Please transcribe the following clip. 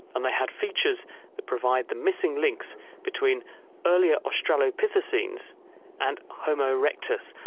and they had features that provide the missing links between earlier australopithecines and homo erectus,